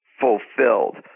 fulfilled